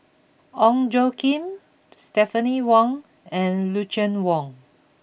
Ong Tjoe Kim Stephanie Wong and Lucien Wang